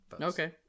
okay